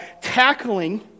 tackling